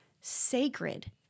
sacred